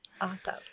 Awesome